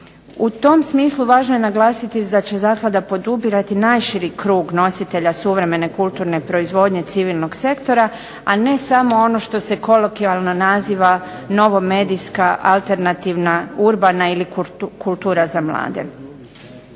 U tom smislu važno je naglasiti da će zaklada podupirati najširi krug nositelja suvremene kulturne proizvodnje civilnog sektora, a ne samo ono što se kolokvijalno naziva novo medijska alternativna, urbana ili kultura za mlade.